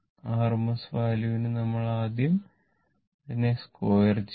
RMS value ന് ആദ്യം നമ്മൾ അതിനെ സ്ക്വയർ ചെയ്യുന്നു